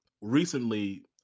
recently